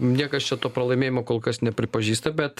niekas čia to pralaimėjimo kol kas nepripažįsta bet